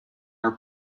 our